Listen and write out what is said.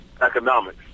economics